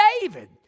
David